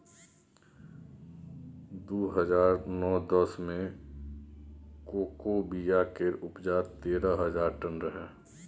दु हजार नौ दस मे कोको बिया केर उपजा तेरह हजार टन रहै